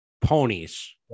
ponies